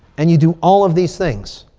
and you do all of these things.